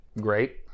great